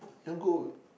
you want go